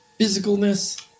physicalness